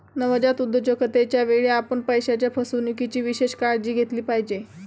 नवजात उद्योजकतेच्या वेळी, आपण पैशाच्या फसवणुकीची विशेष काळजी घेतली पाहिजे